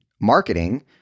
marketing